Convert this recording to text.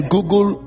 Google